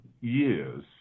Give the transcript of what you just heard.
years